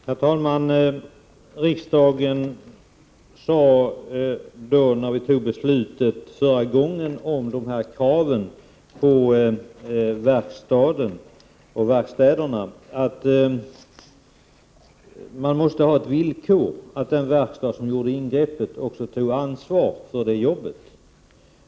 Herr talman! När riksdagen förra gången fattade beslut om dessa krav på verkstäderna, uttalades att man måste ha som villkor at: den verkstad som gjorde ingreppet också tog ansvar för jobbet.